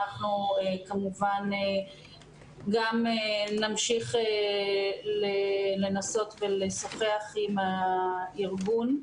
אנחנו כמובן גם נמשיך לנסות ולשוחח עם הארגון.